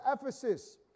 Ephesus